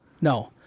no